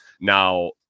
now